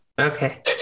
Okay